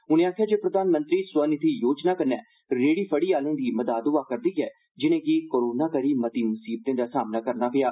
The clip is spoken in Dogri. उनें आक्खेया जे प्रधानमंत्री स्वनिधि योजना कन्नै रेहड़ी फड़ी आलें दी मदद होई करदी ऐ जिनेंगी कोरोना करी मतियें मसीबतें दा सामना करना पेया